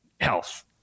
health